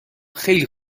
خیلی